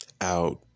out